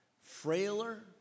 frailer